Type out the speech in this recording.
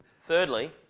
thirdly